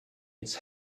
its